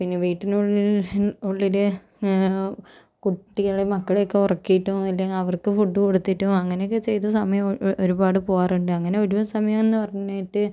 പിന്നെ വീട്ടിനുൾ ഉള്ളിൽ കുട്ടികൾ മക്കളെയൊക്കെ ഉറക്കിയിട്ടും ഇല്ലെങ്കിൽ അവർക്ക് ഫുഡ് കൊടുത്തിട്ടും അങ്ങനെയൊക്കെ ചെയ്ത് സമയം ഒരുപാട് പോകാറുണ്ട് അങ്ങനെ ഒഴിവു സമയം എന്ന് പറഞ്ഞിട്ട്